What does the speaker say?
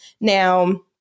Now